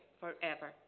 forever